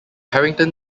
harrington